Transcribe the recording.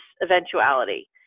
eventuality